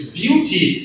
beauty